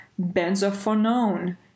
benzophenone